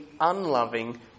unloving